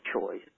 choice